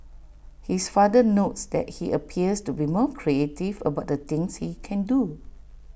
his father notes that he appears to be more creative about the things he can do